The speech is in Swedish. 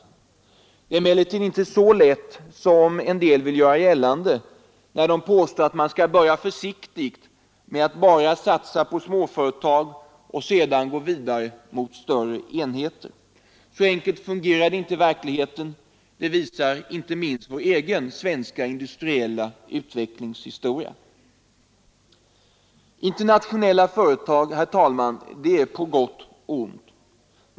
Det hela är emellertid inte så lätt som en del vill göra gällande när de påstår att man skall börja försiktigt med att bara satsa på småföretag och sedan gå vidare mot större enheter. Så enkelt fungerar det inte i verkligheten; det visar inte minst vår svenska industriella utvecklingshistoria. Internationella företag, herr talman, är på gott och ont.